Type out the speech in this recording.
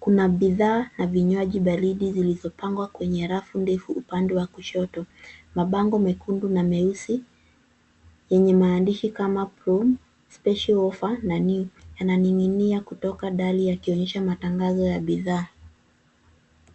Kuna bidhaa, na vinywaji baridi zilizopangwa kwenye rafu ndefu upande wa kushoto. Mabango mekundu na meusi, yenye maandishi kama promo special offer yananing'inia kutoka ndani yakionyesha matangazo ya bidhaa.